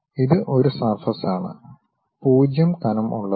ഇത് ഒരു സർഫസ് ആണ് 0 കനം ഉള്ളത്